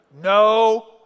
No